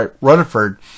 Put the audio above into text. Rutherford